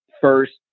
first